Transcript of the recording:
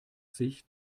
sich